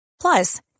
Plus